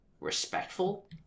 respectful